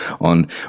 on